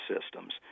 systems